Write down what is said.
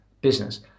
business